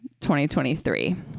2023